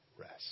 rest